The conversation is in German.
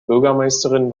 bürgermeisterin